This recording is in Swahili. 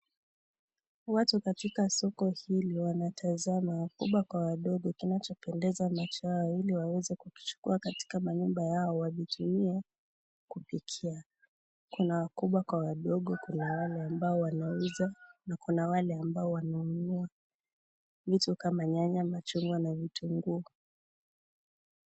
Watu katika soko hili wanatazama, wakubwa kwa wadogo, kinachopendeza macho yao Ili waweze kuvichukua katika manyumba yao wavitumie kupikia. Kuna wakubwa kwa wadogo, kuna wale ambao wanauza na kuna wale ambao wananunua vitu kama nyanya, machungwa na vitunguu.